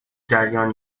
جریان